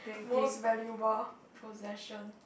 most valuable possession